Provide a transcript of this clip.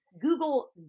Google